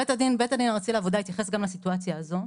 בית הדין הארצי לעבודה התייחס גם לסיטואציה הזו,